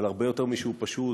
אבל הרבה יותר משהוא פשוט,